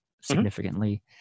significantly